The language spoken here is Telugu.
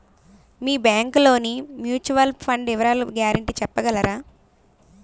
మీ బ్యాంక్ లోని మ్యూచువల్ ఫండ్ వివరాల గ్యారంటీ చెప్పగలరా?